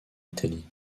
italie